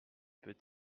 peut